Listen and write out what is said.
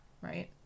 right